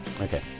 Okay